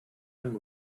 and